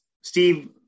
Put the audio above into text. Steve